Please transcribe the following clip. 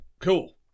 cool